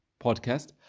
podcast